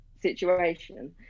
situation